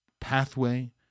pathway